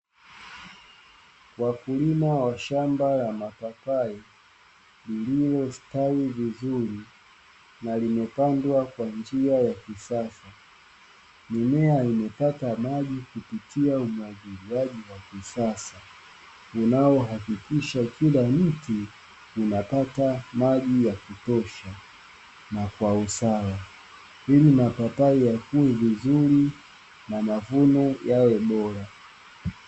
Wakulima wa shamba la mapapai, iliyoota WI vizur na limepandwa kwa njia za kisasa, mimea imepata maji kupitia umwagiliaji wa kisasa, unao hakikisha Kila mti unapata maji ya kutosha na kwa usawa ili mapapai yaku evizur na na mavuno yawe bora